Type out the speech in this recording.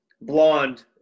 Blonde